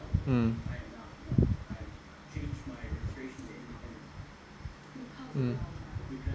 mm mm